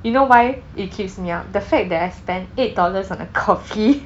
you know why it keeps me up the fact that I spend eight dollars on a coffee